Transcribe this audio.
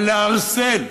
על לערסל,